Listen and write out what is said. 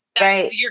right